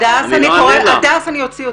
הדס, אני אוציא אותך.